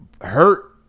hurt